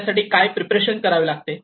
त्यासाठी काय प्रिपरेशन करावे लागते